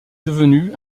devenue